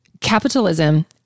Capitalism